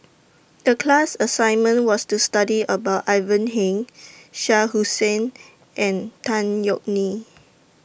The class assignment was to study about Ivan Heng Shah Hussain and Tan Yeok Nee